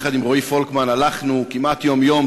יחד עם רועי פולקמן הלכנו כמעט יום-יום,